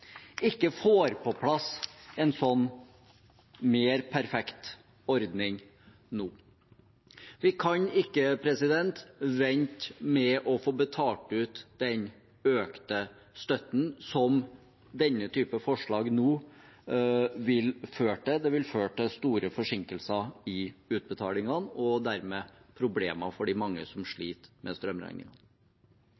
ikke får på plass en mer perfekt ordning nå. Vi kan ikke vente med å få betalt ut den økte støtten, som denne typen forslag nå ville ført til. Det ville ført til store forsinkelser i utbetalingene og dermed problemer for de mange som